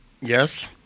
Yes